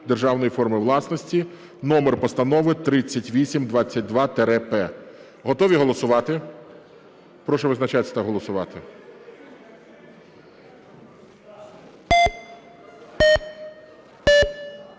державної форми власності" (номер Постанови 3822-П). Готові голосувати? Прошу визначатись та голосувати.